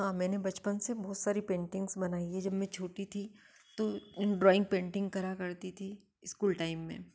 हाँ मैंने बचपन से बहुत सारी पेंटिंगस बनाई है जब मैं छोटी थी तो तो इन ड्राइंग पेंटिंग करा करती थी इस्कूल टाइम में